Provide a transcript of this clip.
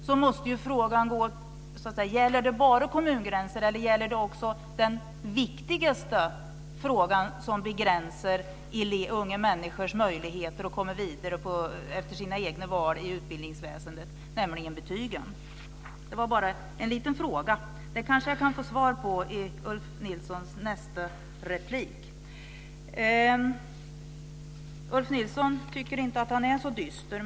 Då måste ju frågan vara om det bara gäller kommungränser eller om det också gäller det viktigaste, som begränsar unga människors möjligheter att komma vidare efter sina egna val i utbildningsväsendet, nämligen betygen. Det var bara en liten fråga. Jag kanske kan få svar på den i Ulf Nilssons nästa replik. Ulf Nilsson tycker inte att han är så dyster.